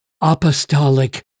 apostolic